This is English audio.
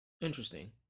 interesting